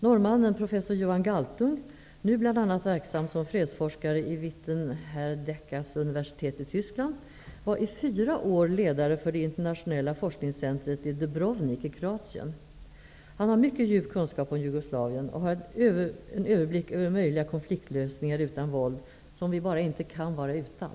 Norrmannen professor Johan Galtung, nu bl.a. verksam som fredsforskare i Witten-Herdeckes universitet i Tyskland, var i fyra år ledare för det internationella forskningscentrumet i Dubrovnik i Kroatien. Han har en mycket djup kunskap om Jugoslavien och har en överblick över möjliga konfliktlösningar utan våld som vi bara inte kan vara utan.